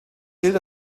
gilt